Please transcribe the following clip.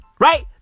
right